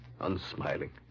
unsmiling